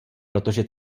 protože